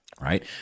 right